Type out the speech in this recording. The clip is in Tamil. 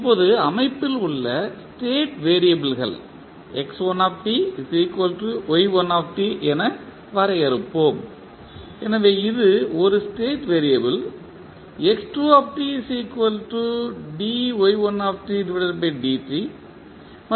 இப்போது அமைப்பில் உள்ள ஸ்டேட் வெறியபிள்கள் என வரையறுப்போம் எனவே இது ஒரு ஸ்டேட் வெறியபிள் மற்றும்